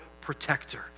protector